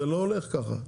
זה לא הולך ככה.